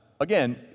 again